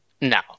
no